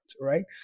right